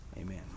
Amen